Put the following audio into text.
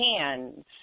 hands